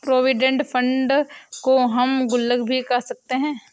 provident fund को हम गुल्लक भी कह सकते हैं